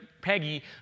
Peggy